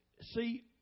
See